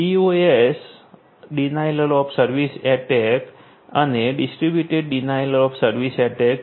DOS અથવા DDoS denial of service attack અને distributed denial of service attack